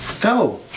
Go